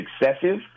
excessive